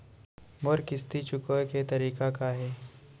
मोर किस्ती चुकोय के तारीक का हे?